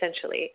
essentially